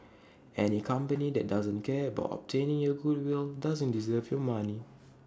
any company that doesn't care about obtaining your goodwill doesn't deserve your money